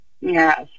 Yes